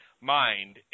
mind